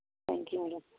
thank you madam